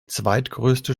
zweitgrößte